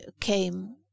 came